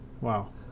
Wow